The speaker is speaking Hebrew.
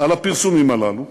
על הפרסומים הללו,